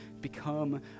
become